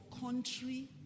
country